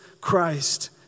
Christ